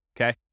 Okay